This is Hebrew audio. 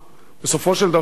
בסופו של דבר,